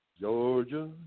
Georgia